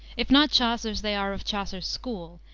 if not chaucer's, they are of chaucer's school,